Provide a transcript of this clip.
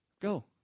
Go